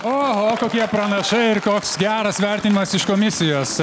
oho kokie pranašai ir koks geras vertinimas iš komisijos